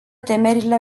temerile